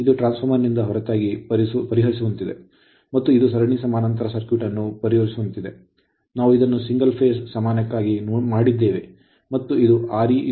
ಇದು ಈ ಟ್ರಾನ್ಸ್ಫಾರ್ಮರ್ನಿಂದ ಹೊರತಾಗಿ ಪರಿಹರಿಸುವಂತಿದೆ ಮತ್ತು ಇದು ಸರಣಿ ಸಮಾನಾಂತರ ಸರ್ಕ್ಯೂಟ್ ಅನ್ನು ಪರಿಹರಿಸುವಂತಿದೆ ನಾವು ಇದನ್ನು single phase ಒಂದೇ ಹಂತದ ಸಮಾನಕ್ಕಾಗಿ ಮಾಡಿದ್ದೇವೆ ಮತ್ತು ಇದು Re0